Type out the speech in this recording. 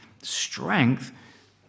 strength